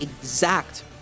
exact